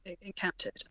encountered